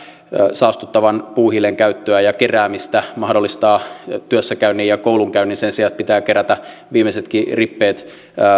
saastuttavan puuhiilen käyttöä ja keräämistä mahdollistaa työssäkäynnin ja koulunkäynnin sen sijaan että pitää kerätä viimeisetkin rippeet